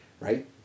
Right